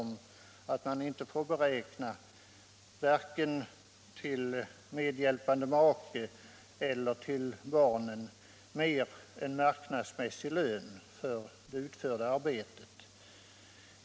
Man får inte beräkna mer än marknadsmässig lön för det utförda arbetet vare sig det gäller medhjälpande make eller barn.